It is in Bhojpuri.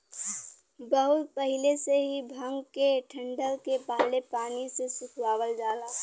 बहुत पहिले से ही भांग के डंठल के पहले पानी से सुखवावल जाला